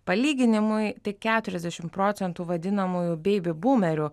palyginimui tik keturiasdešimt procentų vadinamųjų beibi bumerių